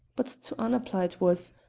but to annapla it was,